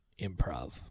improv